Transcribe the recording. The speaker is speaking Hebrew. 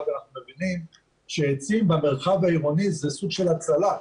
ואנחנו יודעים שעצים במרחב העירוני זה סוג של הצלה.